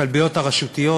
הכלביות הרשותיות,